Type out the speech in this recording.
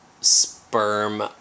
sperm